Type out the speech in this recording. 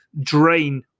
drain